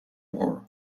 war